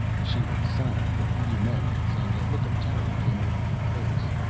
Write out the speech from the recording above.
she was silent for a few moments, and a look of terror came over her face.